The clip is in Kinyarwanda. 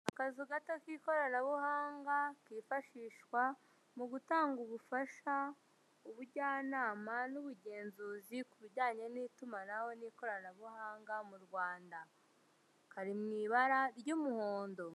Akazu gato k'ikoranabuhanga kifashishwa mu gutanga ubufasha ku bujyanama n'ubugenzuzi kubijyanye n'itumanaho n'ikoranabuhanga mu Rwanda. Kari mu ibara ry'umuhondo.